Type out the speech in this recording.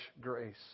grace